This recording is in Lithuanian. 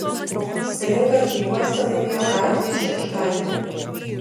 stilingą prijuostę laimėjo gabija šėgždaitė